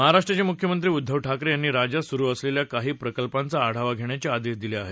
महाराष्ट्राचे मुख्यमंत्री उद्धव ठाकरे यांनी राज्यात सुरु असलेल्या काही प्रकल्पांचा आढावा धेण्याचे आदेश दिले आहेत